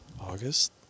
August